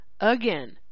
again